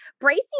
bracing